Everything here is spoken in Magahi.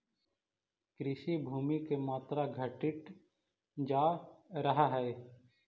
कृषिभूमि के मात्रा घटित जा रहऽ हई